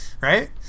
right